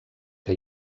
que